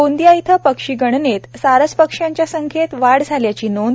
गोंदिया इथं पक्षी गणनेत सारसपक्ष्यांच्या संख्येत वाढ झाल्याची नोंद